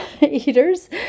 eaters